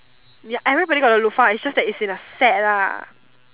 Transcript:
ya everybody got a loofah just that it's in the set lah